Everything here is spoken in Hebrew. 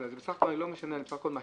אני לא משנה, אני בסך הכל משהה.